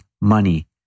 money